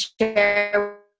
share